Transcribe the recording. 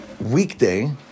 weekday